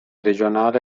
regionale